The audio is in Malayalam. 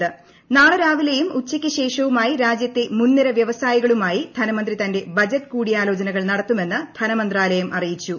ന്ാളെ രാവിലെയും ഉച്ചയ്ക്കു ശേഷവുമായി രാജ്യത്തെ മുൻനിര വൃവസായികളുമായി ധനമന്ത്രി തന്റെ ബജറ്റ് കൂടിയാലോചനകൾ നിട്ടത്തുമെന്ന് ധനമന്ത്രാലയം അറിയിച്ചു